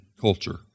culture